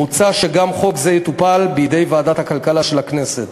מוצע שגם חוק זה יטופל בידי ועדת הכלכלה של הכנסת.